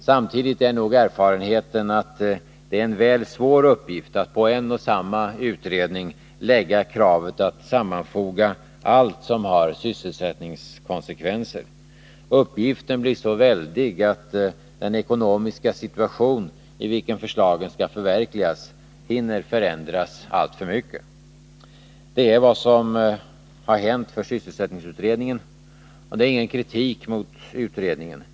Samtidigt är nog erfarenheten den att man lägger en mycket svår uppgift på en och samma utredning, om man kräver att den skall sammanfoga allt som har sysselsättningskonsekvenser. Uppgiften blir så väldig att den ekonomiska situation i vilken förslagen skall förverkligas hinner förändras alltför mycket. Det är vad som har skett när det gäller sysselsättningsutredningen. Det är ingen kritik mot utredningen.